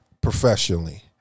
professionally